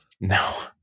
No